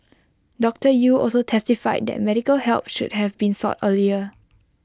doctor Yew also testified that medical help should have been sought earlier